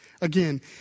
again